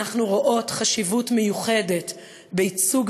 אנחנו רואות חשיבות מיוחדת בייצוג